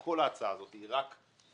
כל ההצעה הזאת היא רק אקסטרה-טובה,